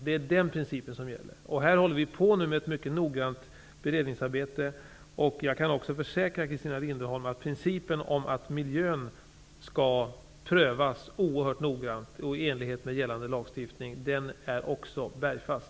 Det är denna princip som gäller. Vi håller nu på med ett mycket noggrant beredningsarbete. Jag kan försäkra Christina Linderholm om att principen om att miljökonsekvenserna skall prövas oerhört noggrant och i enlighet med gällande lagstiftning också är bergfast.